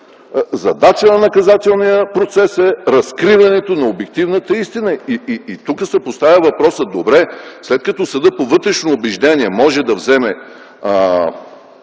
задача на наказателния процес е разкриването на обективната истина. И тук се поставя въпросът: Добре, след като съдът по вътрешно убеждение може да вземе